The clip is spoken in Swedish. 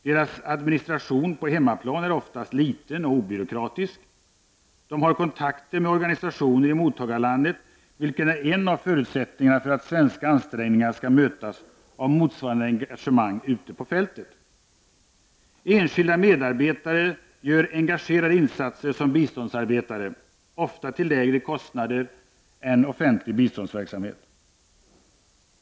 Deras administration på hemmaplan är oftast liten och obyråkratisk. De har kontakter med organisationer i mottagarlandet, vilket är en av förutsättningarna för att svenska ansträngningar skall mötas av motsvarande engagemang ute på fältet. Enskilda medarbetare gör engagerade insatser som biståndsarbetare, ofta till lägre kostnader än offentlig biståndsverksamhet.